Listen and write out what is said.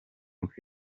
finire